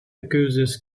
accuses